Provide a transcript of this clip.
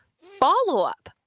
follow-up